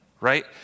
right